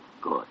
Good